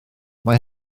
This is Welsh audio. mae